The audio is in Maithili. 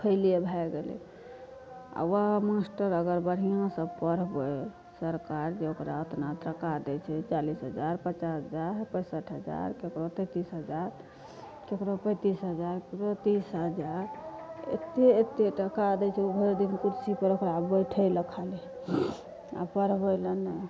फेले भए गेलै आ ओहए मास्टर अगर बढ़िआँसँ पढ़बै सरकार जे ओकरा ओतना टका दै छै चालीस हजार पचास हजार पेसठि हजार केकरो तेंतीस हजार केकरो पैंतीस हजार केकरो तीस हजार एतेक एतेक टका दै छै ओ भरि दिन कुर्सी पर ओकरा बैठैला खाली आ पढ़बैला नहि